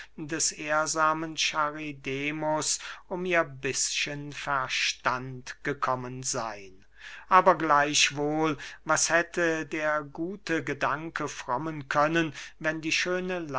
des ehrsamen charidemus um ihr bißchen verstand gekommen seyn aber gleichwohl was hätte der gute gedanke frommen können wenn die schöne